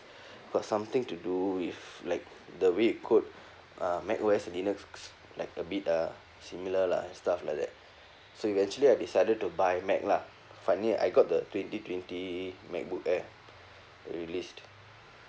got something to do with like the way you code uh mac O_S and linux like a bit uh similar lah and stuff like that so eventually I decided to buy mac lah finally I got the twenty twenty macbook air released